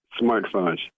smartphones